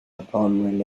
upon